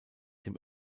dem